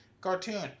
cartoon